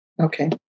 okay